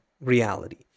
reality